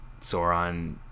sauron